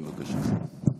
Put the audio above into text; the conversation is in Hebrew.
בבקשה.